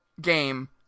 game